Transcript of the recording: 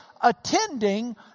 attending